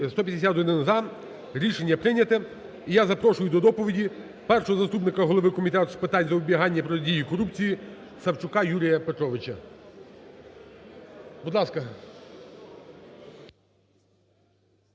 За-151 Рішення прийнято. І я запрошую до доповіді першого заступника голови Комітету з питань запобігання і протидії корупції Савчука Юрія Петровича. Будь ласка.